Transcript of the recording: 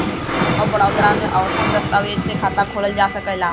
bank of Baroda में आवश्यक दस्तावेज से खाता खोलल जा सकला